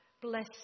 bless